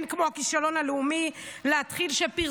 אין כמו הכישלון הלאומי להתחיל בו,